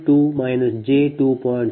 2 j2